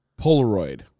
Polaroid